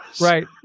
Right